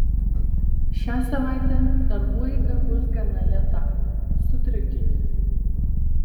šią savaitę darbų eiga bus gana lėta su trikdžiais